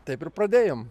taip ir pradėjom